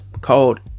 called